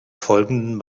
folgenden